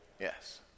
Yes